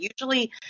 Usually